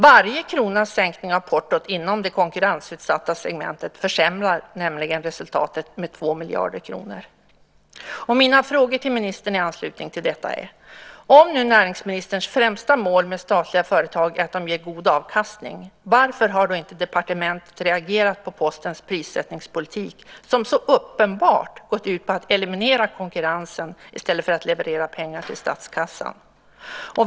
Varje kronas sänkning av portot inom det konkurrensutsatta segmentet försämrar nämligen resultatet med 2 miljarder kronor. Mina frågor till ministern i anslutning till detta är: Om nu näringsministerns främsta mål med statliga företag är att de ger god avkastning, varför har då inte departementet reagerat på Postens prissättningspolitik som så uppenbart gått ut på att eliminera konkurrensen i stället för att leverera pengar till statskassan?